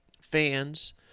fans